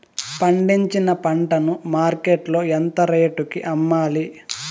పండించిన పంట ను మార్కెట్ లో ఎంత రేటుకి అమ్మాలి?